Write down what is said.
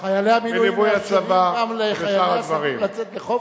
חיילי המילואים מאפשרים גם לחיילי הסדיר לצאת לחופש.